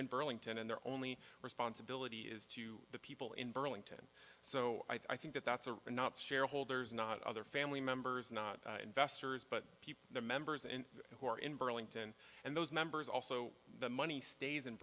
in burlington and they're only responsibility is to the people in burlington so i think that that's a not shareholders not other family members not investors but people their members and who are in burlington and those members also the money stays in